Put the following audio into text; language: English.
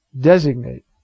designate